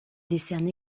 décerne